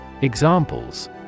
Examples